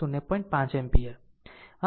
5 ampere